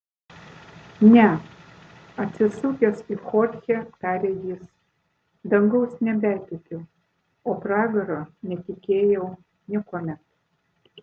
ne atsisukęs į chorchę tarė jis dangaus nebetikiu o pragaro netikėjau niekuomet